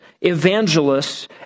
evangelists